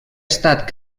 estat